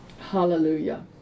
Hallelujah